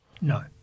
No